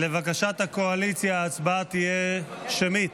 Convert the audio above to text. לבקשת הקואליציה, ההצבעה תהיה שמית.